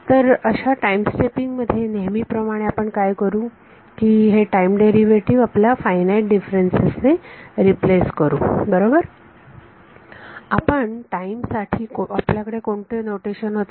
तर अशा time stepping मध्ये नेहमी प्रमाणे आपण काय करू की हे टाईम डेरिवेटिव आपल्या फायनाईट डिफरन्सेस ने रिप्लेस करू बरोबर आपण टाईम साठी आपल्याकडे कोणते नोटेशनnotation होते